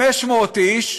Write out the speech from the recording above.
500 איש.